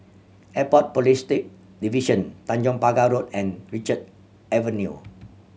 Airport Police Division Tanjong Pagar Road and Richard Avenue